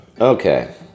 Okay